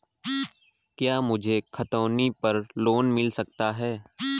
क्या मुझे खतौनी पर लोन मिल सकता है?